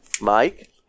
Mike